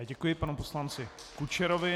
Děkuji panu poslanci Kučerovi.